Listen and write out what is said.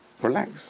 Relax